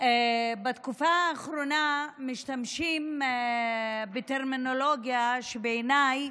בתקופה האחרונה משתמשים בטרמינולוגיה שבעיניי היא